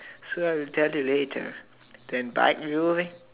so I will tell you later then bite you